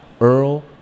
Earl